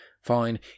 fine